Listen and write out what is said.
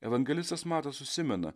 evangelistas matas užsimena